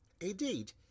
Indeed